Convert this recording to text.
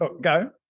Go